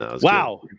Wow